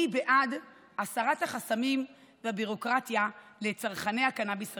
אני בעד הסרת החסמים והביורוקרטיה לצרכני הקנביס הרפואי,